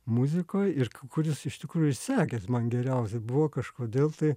muzikoj ir kuris iš tikrųjų sekės man geriausiai buvo kažkodėl tai